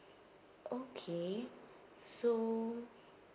okay so